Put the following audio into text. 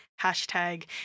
hashtag